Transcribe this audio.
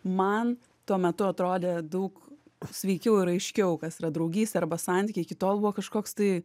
man tuo metu atrodė daug sveikiau ir aiškiau kas yra draugystė arba santykiai iki tol buvo kažkoks tai